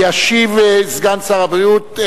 ישיב סגן שר הבריאות,